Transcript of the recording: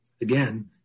again